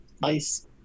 Nice